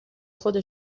خود